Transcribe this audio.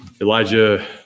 Elijah